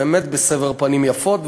באמת בסבר פנים יפות,